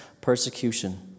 persecution